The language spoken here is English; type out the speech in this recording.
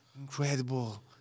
incredible